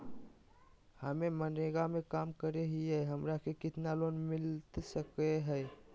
हमे मनरेगा में काम करे हियई, हमरा के कितना लोन मिलता सके हई?